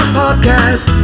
podcast